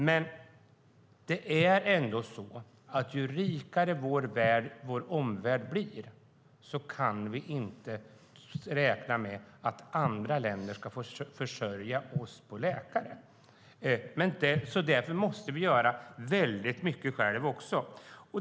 Men vår omvärld blir rikare, och då kan vi inte räkna med att andra länder ska försörja oss med läkare. Därför måste vi göra väldigt mycket själva också.